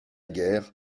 guerre